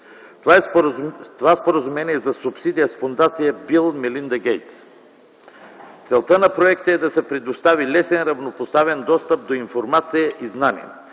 Това споразумение е за субсидия с фондация „Бил и Мелинда Гейтс”. Целта на проекта е да се предостави лесен, равнопоставен достъп до информация и знания